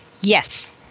Yes